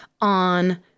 on